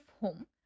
home